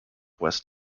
west